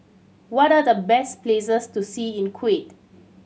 what are the best places to see in Kuwait